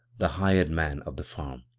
the hired man of the farm.